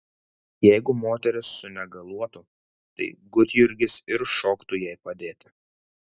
jeigu moteris sunegaluotų tai gudjurgis ir šoktų jai padėti